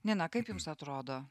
nina kaip jums atrodo